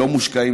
לא מושקעים,